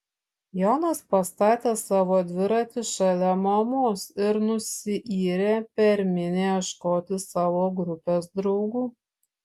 jonas pastatė savo dviratį šalia mamos ir nusiyrė per minią ieškoti savo grupės draugų